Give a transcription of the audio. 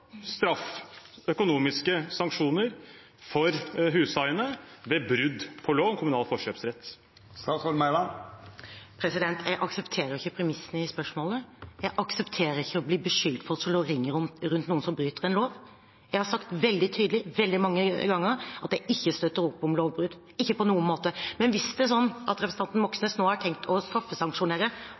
straff, økonomiske sanksjoner, for hushaiene ved brudd på loven om kommunal forkjøpsrett. Jeg aksepterer ikke premissene i spørsmålet. Jeg aksepterer ikke å bli beskyldt for å slå ring rundt noen som bryter en lov. Jeg har sagt veldig tydelig, veldig mange ganger, at jeg ikke støtter opp om lovbrudd, ikke på noen måte. Men hvis representanten Moxnes nå har tenkt å straffesanksjonere